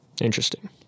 Interesting